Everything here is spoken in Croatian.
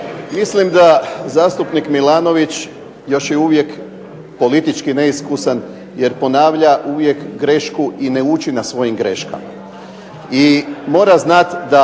Mislim da gospodin Milanović još je uvijek politički neiskusan jer ponavlja uvijek grešku i ne uči na svojim greškama i mora znati da